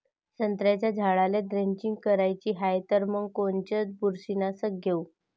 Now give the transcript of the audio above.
संत्र्याच्या झाडाला द्रेंचींग करायची हाये तर मग कोनच बुरशीनाशक घेऊ?